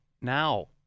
now